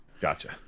Gotcha